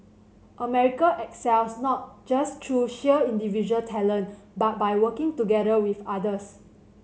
America excels not just through sheer individual talent but by working together with others